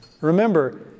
Remember